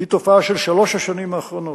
היא תופעה של שלוש השנים האחרונות,